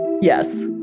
Yes